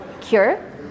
cure